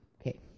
okay